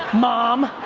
mom?